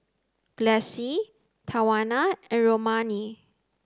Gladyce Tawana and Romaine